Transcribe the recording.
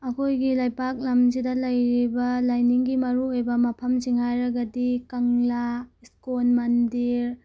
ꯑꯩꯈꯣꯏꯒꯤ ꯂꯩꯄꯥꯛ ꯂꯝꯁꯤꯗ ꯂꯩꯔꯤꯕ ꯂꯥꯏꯅꯤꯡꯒꯤ ꯃꯔꯨ ꯑꯣꯏꯕ ꯃꯐꯝꯁꯤꯡ ꯍꯥꯏꯔꯒꯗꯤ ꯀꯪꯂꯥ ꯁ꯭ꯀꯣꯟ ꯃꯟꯗꯤꯔ